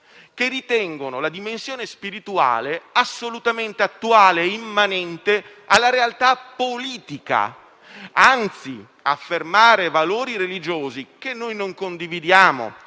che ritengono la dimensione spirituale assolutamente attuale e immanente alla realtà politica. Anzi, affermare valori religiosi (che non condividiamo,